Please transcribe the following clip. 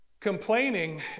complaining